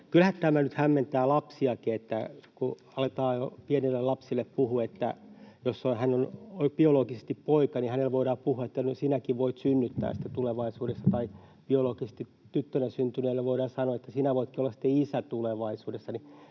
kyllähän tämä nyt hämmentää lapsiakin. Aletaan jo pienille lapsille puhua, että jos hän on biologisesti poika, hänelle voidaan puhua, että sinäkin voit synnyttää sitten tulevaisuudessa, tai biologisesti tyttönä syntyneelle voidaan sanoa, että sinä voitkin olla sitten isä tulevaisuudessa.